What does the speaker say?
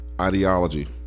ideology